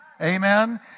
Amen